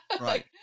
right